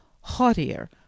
haughtier